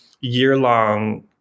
year-long